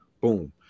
boom